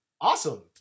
Awesome